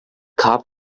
cobb